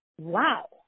Wow